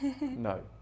no